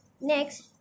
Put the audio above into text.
Next